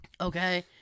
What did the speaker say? Okay